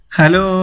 Hello